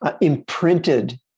imprinted